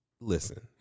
Listen